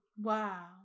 Wow